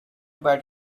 bad